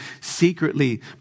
secretly